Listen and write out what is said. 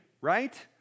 right